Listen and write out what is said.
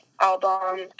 album